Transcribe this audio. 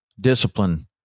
discipline